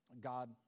God